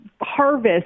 harvest